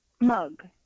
mug